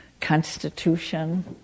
Constitution